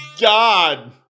God